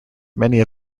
many